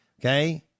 okay